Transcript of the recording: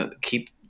keep